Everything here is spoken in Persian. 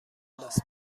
لاس